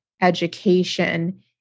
education